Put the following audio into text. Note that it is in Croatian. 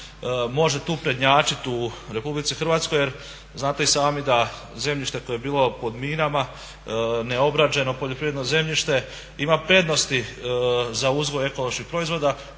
može tu prednjačit u Republici Hrvatskoj jer znate i sami da zemljište koje je bilo pod minama, neobrađeno poljoprivredno zemljište ima prednosti za uzgoj ekoloških proizvoda